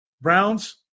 Browns